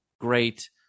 great